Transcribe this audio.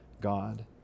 God